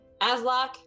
Aslock